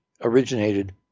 originated